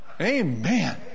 Amen